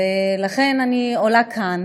ולכן אני עולה כאן